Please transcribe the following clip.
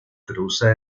cruza